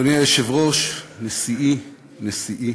אדוני היושב-ראש, נשיאי, נשיאי,